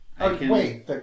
Wait